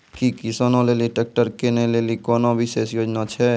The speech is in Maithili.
कि किसानो लेली ट्रैक्टर किनै लेली कोनो विशेष योजना छै?